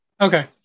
Okay